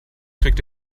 kriegt